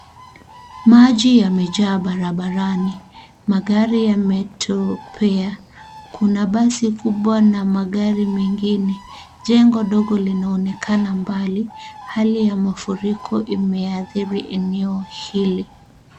Maji yamejaa barabarani. Magari yametopea. Kuna basi kubwa na magari mengine. Jengo dogo linaonekana mbali. Hali ya mafuriko imeathiri eneo hili.